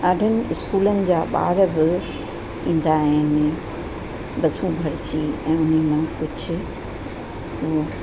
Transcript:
ॾाढनि इस्कूलनि जा ॿार बि ईंदा आहिनि बसूं भरिजी ऐं हुन मां कुझु उहो